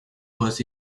was